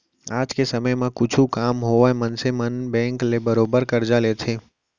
आज के समे म कुछु काम होवय मनसे मन बेंक ले बरोबर करजा लेथें